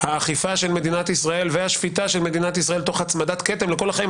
האכיפה של מדינת ישראל והשפיטה של מדינת ישראל תוך הצמדת כתם לכל החיים,